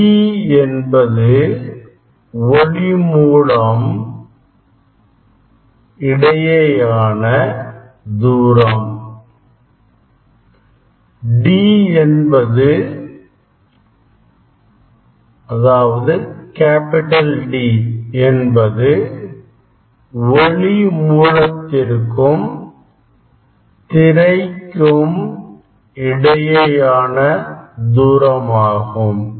d என்பது ஒளிமூலங்கள் இடையேயான தூரம் ஆகும் D என்பது ஒளி மூலத்திற்கும் திரைக்கும் இடையேயான தூரம் ஆகும்